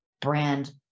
brand